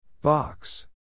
Box